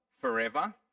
forever